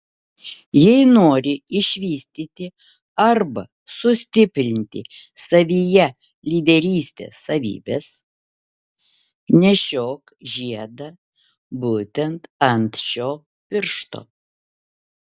jei nori išvystyti arba sustiprinti savyje lyderystės savybes nešiok žiedą būtent ant šio piršto